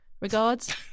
Regards